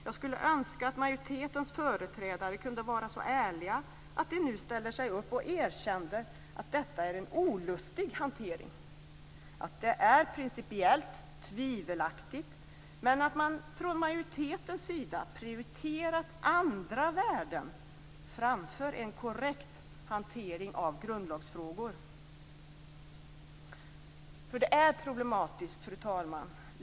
Jag skulle önska att majoritetens företrädare kunde vara så ärliga att de nu ställde sig upp och erkände att detta är en olustig hantering, att det är principiellt tvivelaktigt men att man från majoritetens sida prioriterat andra värden framför en korrekt hantering av grundlagsfrågor, för detta är problematiskt.